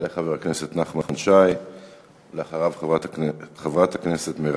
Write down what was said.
יעלה חבר הכנסת נחמן